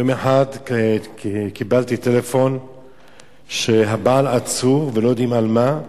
יום אחד קיבלתי טלפון שהבעל עצור ולא יודעים על מה,